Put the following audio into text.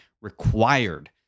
required